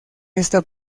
esta